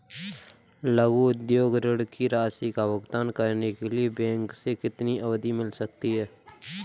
लघु उद्योग ऋण की राशि का भुगतान करने के लिए बैंक से कितनी अवधि मिल सकती है?